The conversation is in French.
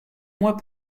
mois